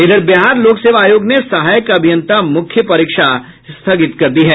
इधर बिहार लोक सेवा आयोग ने सहायक अभियंता मुख्य परीक्षा स्थगित कर दी है